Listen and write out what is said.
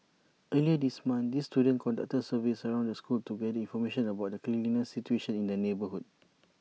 earlier this month these students conducted surveys around the school to gather information about the cleanliness situation in the neighbourhood